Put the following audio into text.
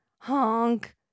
honk